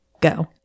go